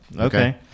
Okay